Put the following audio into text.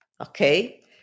Okay